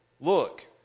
look